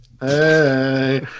Hey